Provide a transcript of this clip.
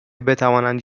بتوانند